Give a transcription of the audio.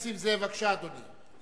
חבר הכנסת נסים זאב, בבקשה, אדוני.